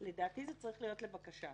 לדעתי, זה צריך להיות לבקשת.